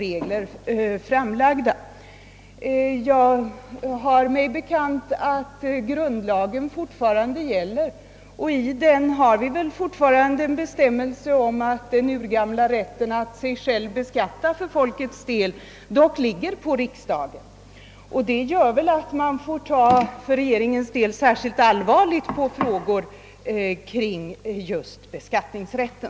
Enligt vad jag har mig bekant gäller grundlagen fortfarande, och i den finns alltjämt en bestämmelse om att svenska folkets urgamla rätt att sig själv beskatta utövas av riksdagen. Regeringen bör därför ta särskilt allvarligt på frågor som rör just beskattningsrätten.